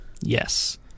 yes